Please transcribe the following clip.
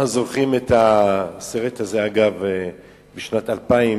אנחנו זוכרים את הסרט הזה בשנת 2000,